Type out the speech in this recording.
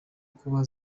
kuba